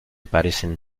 parecen